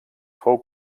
fou